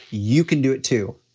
you can do it, too.